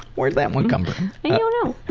where'd that one come from? i don't know.